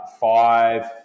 five